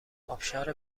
آبشار